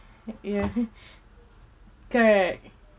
ya correct